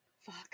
Fuck